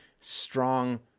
strong